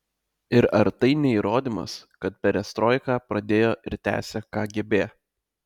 ir ar tai ne įrodymas kad perestroiką pradėjo ir tęsia kgb